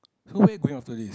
so where you going after this